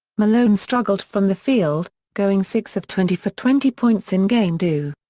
malone struggled from the field, going six of twenty for twenty points in game two.